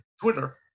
Twitter